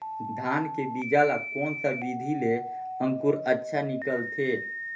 धान के बीजा ला कोन सा विधि ले अंकुर अच्छा निकलथे?